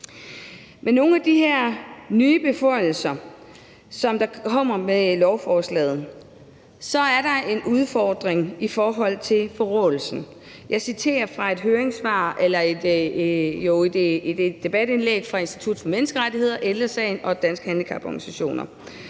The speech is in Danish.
Med nogle af de her nye beføjelser, som kommer med lovforslaget, er der en udfordring i forhold til forråelsen. Jeg citerer fra et debatindlæg fra Institut for Menneskerettigheder, Ældre Sagen og Danske Handicaporganisationer: